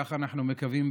כך אנחנו מקווים,